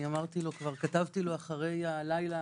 כתבתי לו אחרי הלילה